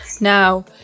now